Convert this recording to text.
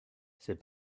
ses